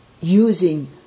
using